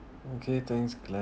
okay thanks glen